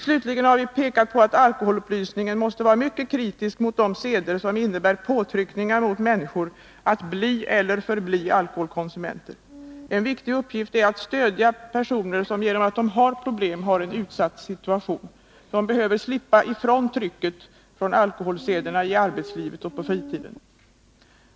Slutligen har vi påpekat att alkoholupplysningen måste vara mycket kritisk mot de seder som innebär påtryckningar mot människor att bli eller förbli alkoholkonsumenter. En viktig uppgift är att stödja de personer som genom att de har problem har en utsatt situation. De behöver slippa ifrån trycket från alkoholsederna i arbetslivet och på fritiden.